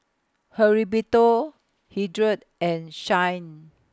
Heriberto Hildred and Shyann